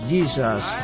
Jesus